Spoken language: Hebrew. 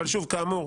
אבל שוב כאמור,